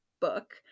book